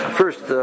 first